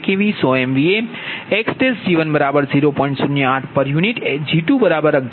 2 kV 100 MVAxg20